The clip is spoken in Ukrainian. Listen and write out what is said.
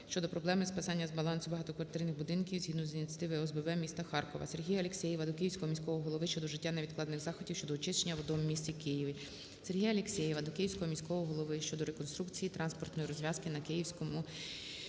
щодо проблем списання з балансу багатоквартирних будинків згідно ініціатив ОСББ міста Харкова. СергіяАлєксєєва до Київського міського голови щодо вжиття невідкладних заходів щодо очищення водойм у місті Києві. СергіяАлєксєєва до Київського міського голови щодо реконструкції транспортної розв'язки на Київському